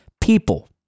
people